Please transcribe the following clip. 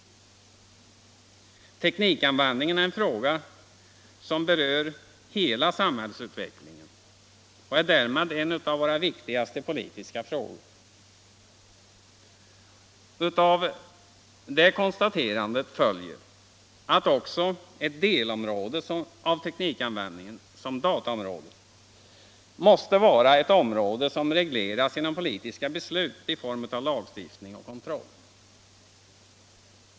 Teknikanvändningen är en fråga som berör hela samhällsutvecklingen och är därmed en av våra viktigaste politiska frågor. Av detta konstaterande följer att också ett delområde av teknikanvändningen, som dataområdet. måste regleras genom politiska beslut i form av lagstiftning och kontroll.